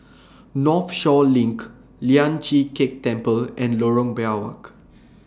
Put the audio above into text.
Northshore LINK Lian Chee Kek Temple and Lorong Biawak